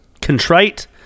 contrite